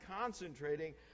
concentrating